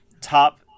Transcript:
top